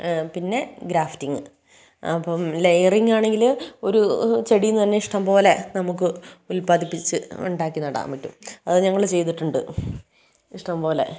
പിന്നെ ഗ്രാഫ്റ്റിങ്ങ് അപ്പം ലെയറിങ്ങ് ആണെങ്കിൽ ഒരു ചെടിയിൽനിന്ന് തന്നെ ഇഷ്ടംപോലെ നമുക്ക് ഉൽപാദിപ്പിച്ച് ഉണ്ടാക്കി നടാൻ പറ്റും അത് ഞങ്ങൾ ചെയ്തിട്ടുണ്ട് ഇഷ്ടംപോലെ